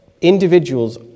individuals